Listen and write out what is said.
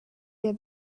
their